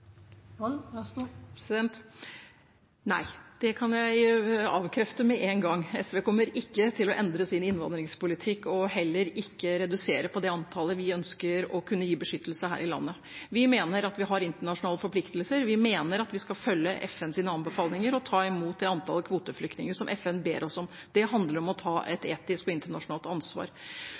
Det kan jeg avkrefte med en gang. SV kommer ikke til å endre sin innvandringspolitikk og heller ikke redusere det antallet vi ønsker å kunne gi beskyttelse her i landet. Vi mener at vi har internasjonale forpliktelser, vi mener at vi skal følge FNs anbefalinger og ta imot det antallet kvoteflyktninger som FN ber oss om. Det handler om å ta et etisk og internasjonalt ansvar.